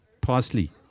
Parsley